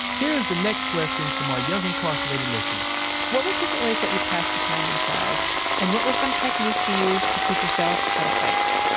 here's the next question from our young incarcerated listeners what were different ways that you passed the time inside and what were some techniques you use to keep yourself out of fights?